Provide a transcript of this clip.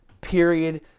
period